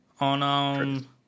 On